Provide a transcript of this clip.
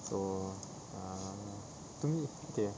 so err to me okay